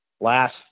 last